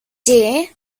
dear